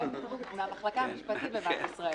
כן, בבקשה,